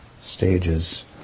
stages